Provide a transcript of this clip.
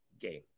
game